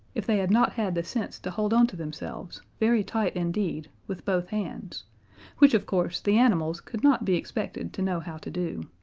if they had not had the sense to hold on to themselves, very tight indeed, with both hands which, of course, the animals could not be expected to know how to do.